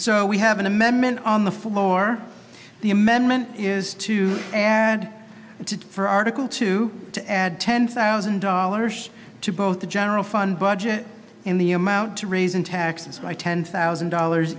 so we have an amendment on the floor of the amendment is to and to for article two to add ten thousand dollars to both the general fund budget in the amount to raise in taxes by ten thousand dollars